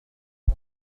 على